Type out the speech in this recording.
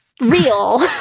real